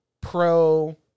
pro